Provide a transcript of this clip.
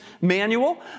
manual